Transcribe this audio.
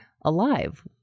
alive